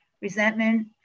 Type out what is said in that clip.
resentment